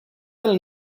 del